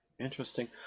Interesting